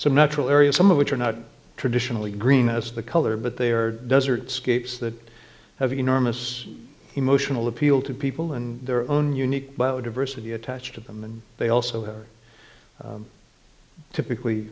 so natural areas some of which are not traditionally green as the color but they are does are scapes that have enormous emotional appeal to people in their own unique biodiversity attached to them and they also have typically